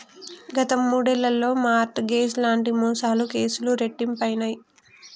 గత మూడేళ్లలో mortgage లాంటి మోసాల కేసులు రెట్టింపయినయ్